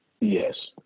Yes